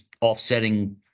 offsetting